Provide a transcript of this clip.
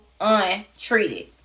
untreated